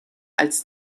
als